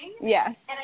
yes